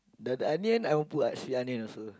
the onion I want put like sea onion also